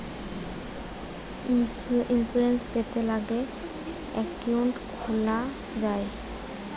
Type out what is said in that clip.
insurance পেতে গ্যালে account খুলা যায়